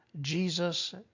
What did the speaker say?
Jesus